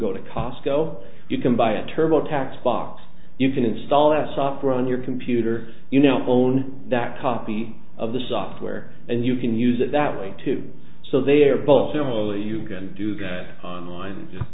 go to cosco you can buy a turbo tax box you can install that software on your computer you know own that copy of the software and you can use it that way too so they're both similarly you can do that on line and